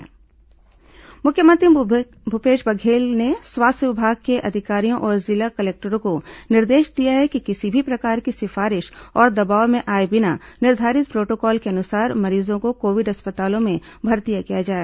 मुख्यमंत्री बैठक मुख्यमंत्री भूपेश बघेल ने स्वास्थ्य विभाग के अधिकारियों और जिला कलेक्टरों को निर्देश दिया है कि किसी भी प्रकार की सिफारिश और दबाव में आए बिना निर्धारित प्रोटोकॉल के अनुसार मरीजों को कोविड अस्पतालों में भर्ती किया जाए